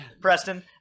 Preston